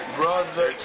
brother